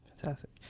Fantastic